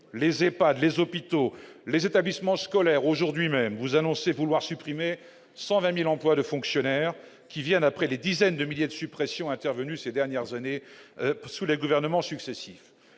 les Epad les hôpitaux, les établissements scolaires aujourd'hui même vous annoncez vouloir supprimer 120000 emplois de fonctionnaires qui viennent après des dizaines de milliers de suppressions intervenues ces dernières années sous les gouvernements successifs